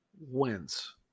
wins